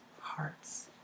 hearts